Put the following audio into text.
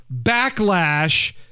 backlash